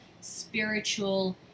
spiritual